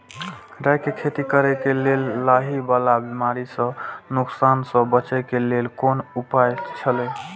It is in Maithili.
राय के खेती करे के लेल लाहि वाला बिमारी स नुकसान स बचे के लेल कोन उपाय छला?